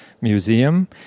Museum